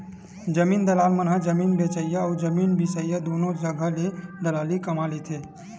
जमीन दलाल मन ह जमीन बेचइया अउ जमीन बिसईया दुनो जघा ले दलाली कमा लेथे